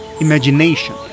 Imagination